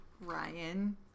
Ryan